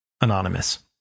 Anonymous